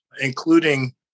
including